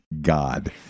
god